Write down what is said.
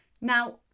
now